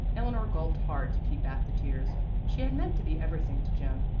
eleanor gulped hard to keep back the tears she had meant to be everything to jim,